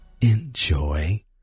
Enjoy